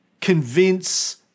convince